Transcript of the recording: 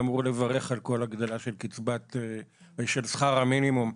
אמור לברך על כל הגדלה של שכר המינימום.